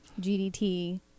GDT